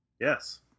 Yes